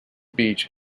beach